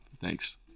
Thanks